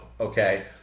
okay